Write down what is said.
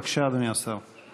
בבקשה, אדוני השר.